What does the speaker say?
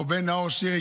או בין נאור שירי,